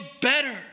better